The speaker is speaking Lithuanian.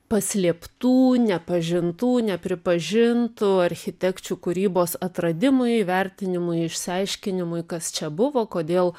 paslėptų nepažintų nepripažintų architekčių kūrybos atradimui vertinimui išsiaiškinimui kas čia buvo kodėl